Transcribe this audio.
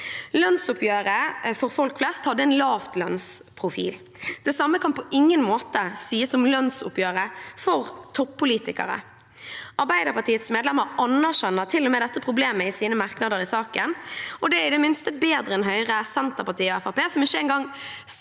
Lønnsoppgjøret for folk flest hadde en lavtlønnsprofil. Det samme kan på ingen måte sies om lønnsoppgjøret for toppolitikere. Arbeiderpartiets medlemmer anerkjenner til og med dette problemet i sine merknader i saken. Det er i det minste bedre enn Høyre, Senterpartiet og Fremskrittspartiet, som ikke engang